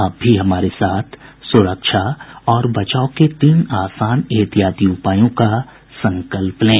आप भी हमारे साथ सुरक्षा और बचाव के तीन आसान एहतियाती उपायों का संकल्प लें